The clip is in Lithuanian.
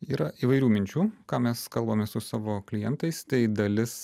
yra įvairių minčių ką mes kalbame su savo klientais tai dalis